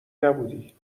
نبودی